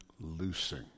loosing